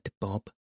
Bob